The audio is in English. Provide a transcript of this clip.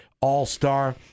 all-star